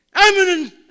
Eminent